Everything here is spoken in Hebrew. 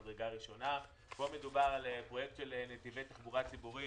פה מדובר על פרויקט של נתיבי תחבורה ציבורית.